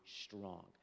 strong